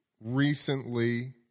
recently